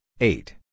Eight